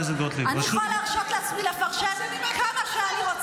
אז אני יכולה להרשות לעצמי לפרשן, מה שאתם לא.